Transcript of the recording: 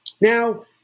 Now